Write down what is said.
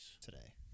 Today